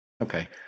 okay